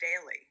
daily